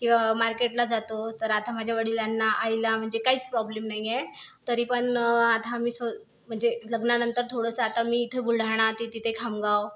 किंवा मार्केटला जातो तर आता माझ्या वडिलांना आईला म्हणजे काहीच प्रॉब्लेम नाही आहे तरी पण आता मी सहज म्हणजे लग्नानंतर थोडंसं आता मी इथे बुलढाणा ती तिथे खामगाव